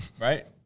right